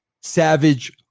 Savage